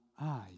eyes